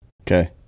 Okay